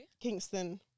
Kingston